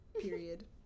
Period